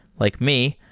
like me,